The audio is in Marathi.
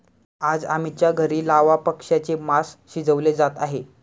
आज अमितच्या घरी लावा पक्ष्याचे मास शिजवले जात आहे